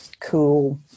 cool –